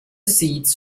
seeds